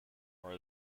are